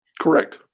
Correct